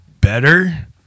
better